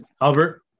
Albert